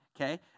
Okay